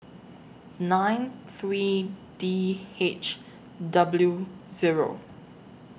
nine three D H W Zero